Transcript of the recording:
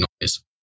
noise